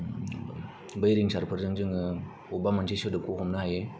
बै रिंसारफोरजों जोङो अबेबा मोनसे सोदोबखौ हमनो हायो